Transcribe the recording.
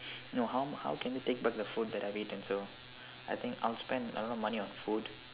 no how how can you take back the food that I've eaten so I think I'll spend a lot of money on food